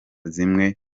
zimwe